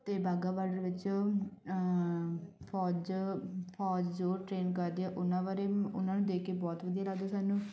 ਅਤੇ ਵਾਹਗਾ ਬਾਰਡਰ ਵਿੱਚ ਫੌਜ ਫੌਜ ਜੋ ਟ੍ਰੇਨ ਕਰਦੇ ਆ ਉਹਨਾਂ ਬਾਰੇ ਉਹਨਾਂ ਨੂੰ ਦੇਖ ਕੇ ਬਹੁਤ ਵਧੀਆ ਲੱਗਦਾ ਸਾਨੂੰ